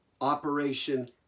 Operation